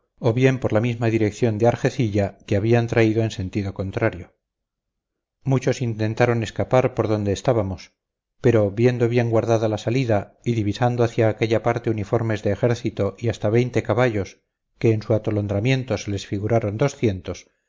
o bien por la misma dirección de argecilla que habían traído en sentido contrario muchos intentaron escapar por donde estábamos pero viendo bien guardada la salida y divisando hacia aquella parte uniformes de ejército y hasta veinte caballos que en su atolondramiento se les figuraron doscientos